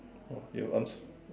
!wah! you have answer